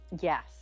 yes